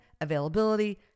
availability